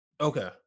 Okay